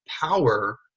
power